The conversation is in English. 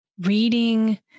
reading